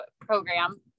program